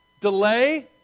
delay